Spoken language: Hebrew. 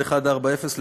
מ/1140,